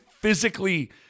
physically